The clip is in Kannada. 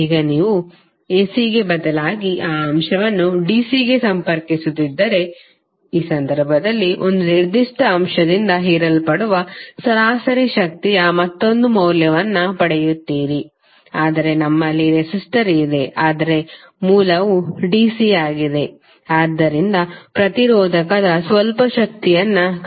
ಈಗ ನೀವು ACಗೆ ಬದಲಾಗಿ ಆ ಅಂಶವನ್ನುDC ಗೆ ಸಂಪರ್ಕಿಸುತ್ತಿದ್ದರೆ ಈ ಸಂದರ್ಭದಲ್ಲಿ ಒಂದು ನಿರ್ದಿಷ್ಟ ಅಂಶದಿಂದ ಹೀರಲ್ಪಡುವ ಸರಾಸರಿ ಶಕ್ತಿಯ ಮತ್ತೊಂದು ಮೌಲ್ಯವನ್ನು ಪಡೆಯುತ್ತೀರಿ ಆದರೆ ನಮ್ಮಲ್ಲಿ ರೆಸಿಸ್ಟರ್ ಇದೆ ಆದರೆ ಮೂಲವು DC ಆಗಿದೆ ಆದ್ದರಿಂದ ಪ್ರತಿರೋಧಕದ ಸ್ವಲ್ಪ ಶಕ್ತಿಯನ್ನು ಕರಗಿಸುತ್ತದೆ